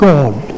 God